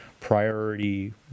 priority